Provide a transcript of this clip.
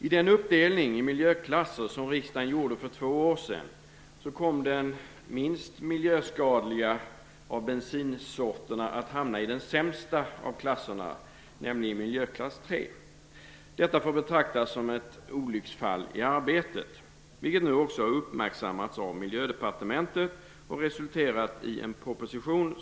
I den uppdelning i miljöklasser som riksdagen gjorde för två år sedan kom den minst miljöskadliga av bensinsorterna att hamna i den sämsta av klasserna, nämligen miljöklass 3. Detta får betraktas som ett olycksfall i arbetet, vilket nu också har uppmärksammats av Miljödepartementet och resulterat i en proposition.